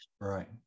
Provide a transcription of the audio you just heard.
Right